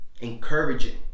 encouraging